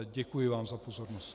Děkuji vám za pozornost.